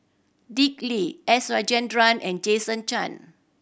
Dick Lee S Rajendran and Jason Chan